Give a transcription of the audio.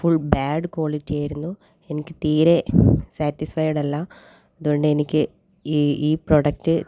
full bad ക്വാളിറ്റിയായിരുന്നു എനിക്ക് തീരെ സാറ്റിസ്ഫൈഡ് അല്ല അത്കൊണ്ട് എനിക്ക് ഈ ഈ പ്രോഡക്റ്റ്